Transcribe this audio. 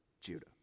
Judah